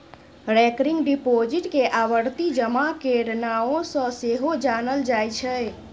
recurring deposit केँ आवर्ती जमा केर नाओ सँ सेहो जानल जाइ छै